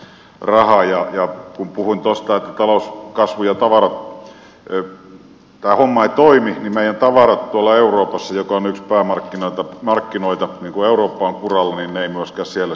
kun puhuin tuosta että talouskasvu ja homma ei toimi niin meidän tavarat tuolla euroopassa joka on yksi päämarkkinoita kun eurooppa on kuralla eivät sitten myöskään käy kaupaksi